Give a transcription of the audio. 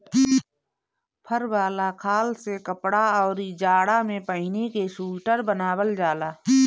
फर वाला खाल से कपड़ा, अउरी जाड़ा में पहिने के सुईटर बनावल जाला